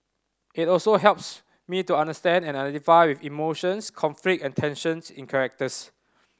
it also helps me to understand and identify with emotions conflict and tensions in